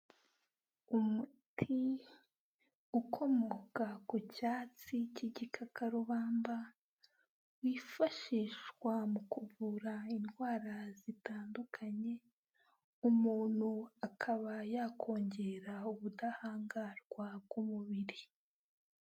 Umuti ukomoka ku cyatsi cy'igikakarubamba, wifashishwa mu kuvura indwara zitandukanye, umuntu akaba yakongera ubudahangarwa bw'umubiri.